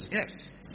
yes